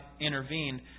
intervened